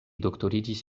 doktoriĝis